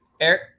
Eric